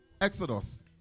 exodus